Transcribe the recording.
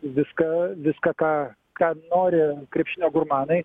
viską viską ką ką nori krepšinio gurmanai